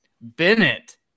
Bennett